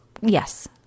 Yes